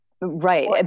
right